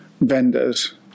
vendors